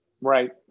Right